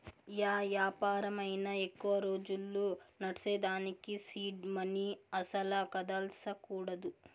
yeah యాపారమైనా ఎక్కువ రోజులు నడ్సేదానికి సీడ్ మనీ అస్సల కదల్సకూడదు